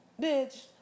bitch